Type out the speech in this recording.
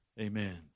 Amen